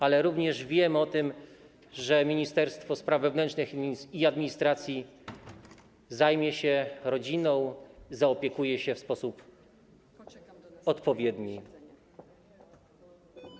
Ale również wiem o tym, że Ministerstwo Spraw Wewnętrznych i Administracji zajmie się rodziną, zaopiekuje się nią w sposób odpowiedni.